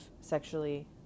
sexually